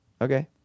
Okay